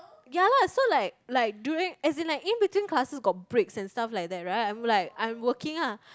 ya lah so like like during as in like in between classes got breaks and stuff like that right I'm like I'm working ah